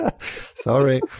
sorry